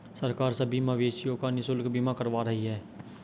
सरकार सभी मवेशियों का निशुल्क बीमा करवा रही है